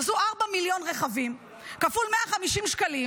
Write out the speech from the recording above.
עשו ארבעה מיליון רכבים כפול 150 שקלים,